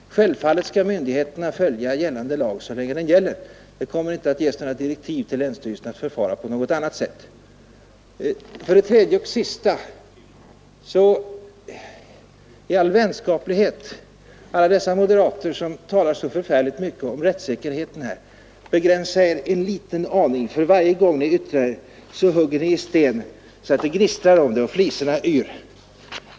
Självfallet skall myndigheterna följa nuvarande lag så länge den gäller. Det kommer inte att ges några direktiv till länsstyrelserna att förfara på något annat sätt. Till sist vill jag i all vänskaplighet säga till alla dessa moderater som talar så förfärligt mycket om rättssäkerheten här: Begränsa er en liten aning! För varje gång ni yttrar er hugger ni i sten så att det gnistrar om det och flisorna yr.